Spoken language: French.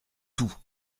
tout